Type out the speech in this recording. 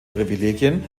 privilegien